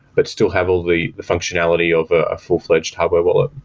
but still have all the functionality of a full-fledged hardware wallet.